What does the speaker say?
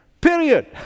Period